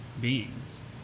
beings